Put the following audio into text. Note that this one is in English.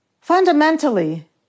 Fundamentally